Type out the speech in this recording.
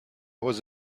was